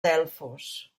delfos